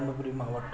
தர்மபுரி மாவட்டம்